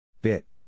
Bit